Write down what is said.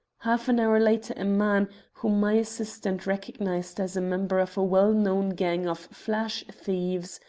half an hour later a man, whom my assistant recognized as a member of a well-known gang of flash thieves,